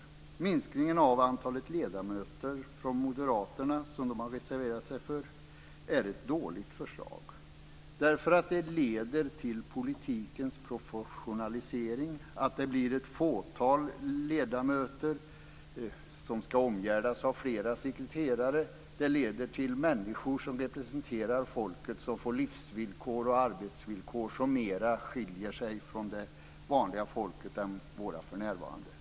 Reservationen om minskning av antalet ledamöter från Moderaterna är ett dåligt förslag. Det leder nämligen till politikens professionalisering och till att det blir ett fåtal ledamöter som ska omgärdas av fler sekreterare. Det leder också till att de människor som ska representera folket får livsvillkor och arbetsvillkor som skiljer sig mer från det vanliga folkets än vad våra för närvarande gör.